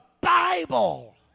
Bible